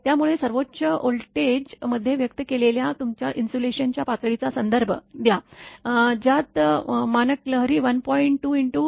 त्यामुळे सर्वोच्च व्होल्टेज मध्ये व्यक्त केलेल्या तुमच्या इन्सुलेशनच्या पातळीचा संदर्भ द्या ज्यात मानक लहरी 1